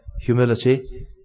humility